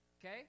okay